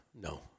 no